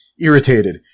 Irritated